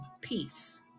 peace